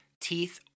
teeth